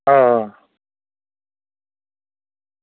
आं